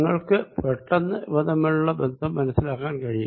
നിങ്ങൾക്ക് പെട്ടെന്ന് ഇവ തമ്മിലുള്ള ബന്ധം മനസ്സിലാക്കാൻ കഴിയും